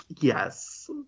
Yes